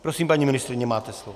Prosím, paní ministryně, máte slovo.